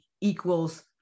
equals